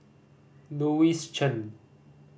Louis Chen